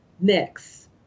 next